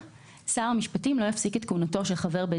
שר המשפטים לא יפסיק את כהונתו של חבר בית